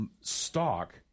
stock